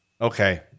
Okay